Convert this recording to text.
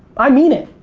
i mean it.